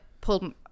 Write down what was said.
pulled